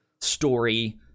story